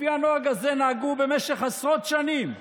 לפי הנוהג הזה נהגו במשך עשרות שנים.